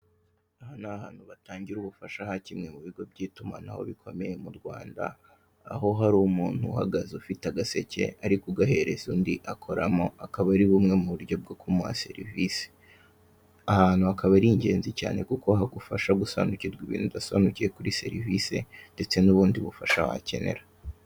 Aha ni ahantu batangira ubufasha ha kimwe mu bigo by'itumanaho bikomeye mu Rwanda, aho hari umuntu uhagaze ufite agaseke ari kugahereza undi akoramo, akaba ari bumwe mu buryo bwo kumuha serivise. Aha hantu hakaba ari ingenzi cyane kuko hagufasha gusobanukirwa ibintu udasobanukiwe kuri serivise ndetse n'ubundi bufasha wakenera.